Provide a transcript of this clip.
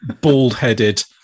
bald-headed